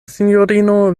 sinjorino